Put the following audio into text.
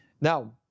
Now